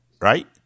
Right